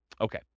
Okay